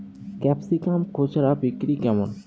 Capsicum খুচরা বিক্রি কেমন?